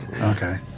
Okay